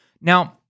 Now